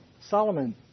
Solomon